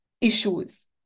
issues